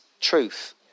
truth